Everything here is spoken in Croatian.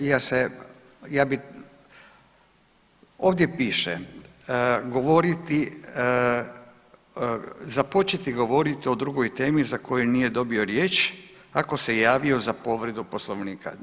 Ne, ja se, ja bi, ovdje piše govoriti, započeti govoriti o drugoj temi za koju nije dobio riječ ako se javio za povredu Poslovnika.